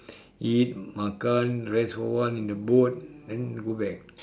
eat makan rest for a while in the boat then go back